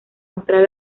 mostrar